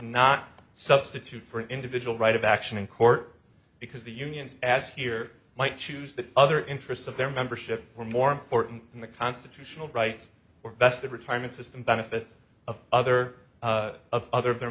cannot substitute for an individual right of action in court because the unions as here might choose the other interests of their membership are more important than the constitutional rights or vested retirement system benefits of other of other their